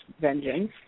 vengeance